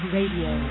Radio